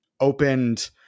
opened